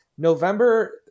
November